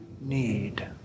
need